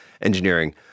engineering